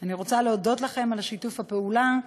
אני רוצה להודות לכם על שיתוף הפעולה,